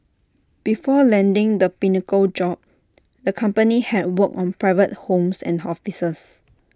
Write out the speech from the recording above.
before landing the pinnacle job the company had worked on private homes and offices